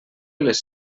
les